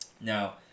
now